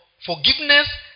forgiveness